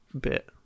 bit